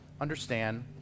understand